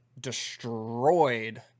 destroyed